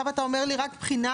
עכשיו אתה אומר לי רק בחינה?